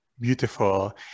Beautiful